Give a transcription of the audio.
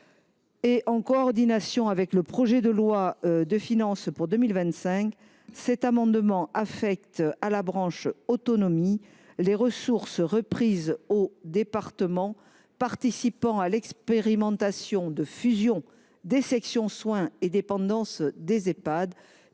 une coordination avec le projet de loi de finances pour 2025, cet amendement vise à affecter à la branche autonomie les ressources reprises aux départements participant à l’expérimentation de fusion des sections soins et dépendance des Ehpad,